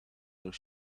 their